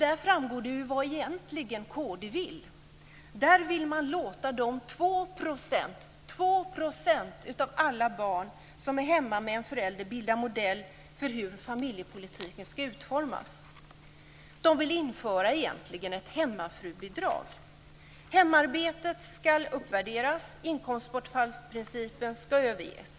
Där framgår det ju vad kristdemokraterna egentligen vill. Man vill låta de 2 % av alla barn som är hemma med en förälder bilda modell för hur familjepolitiken ska utformas. De vill egentligen införa ett hemmafrubidrag. Hemarbetet ska uppvärderas och inkomstbortfallsprincipen ska överges.